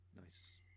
Nice